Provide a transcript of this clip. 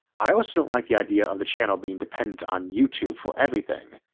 i also don't like the idea of the channel being dependent on youtube for everything,